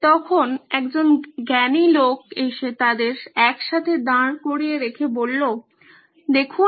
তখন একজন জ্ঞানী লোক এসে তাদের একসাথে দাঁড় করিয়ে রেখে বলল দেখুন